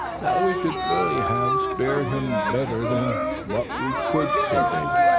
that we could really have spared him better than what we could sir david,